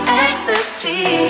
ecstasy